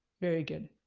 very good.